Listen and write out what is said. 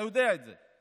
אתה יודע את זה.